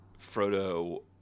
Frodo